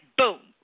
boom